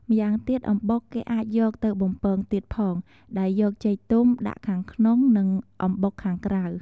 ម្យ៉ាងទៀតអំបុកគេអាចយកទៅបំពងទៀតផងដែលយកចេកទុំដាក់ខាងក្នុង និងអំបុកខាងក្រៅ។